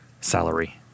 salary